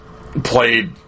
played